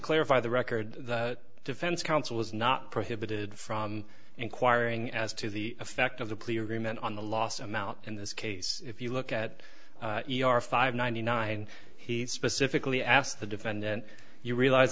clarify the record the defense counsel was not prohibited from inquiring as to the effect of the plea agreement on the last amount in this case if you look at five ninety nine he specifically asked the defendant you realize